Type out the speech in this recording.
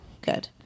Good